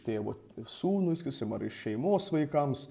tėvo sūnui sakysim ar iš šeimos vaikams